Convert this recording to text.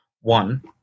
One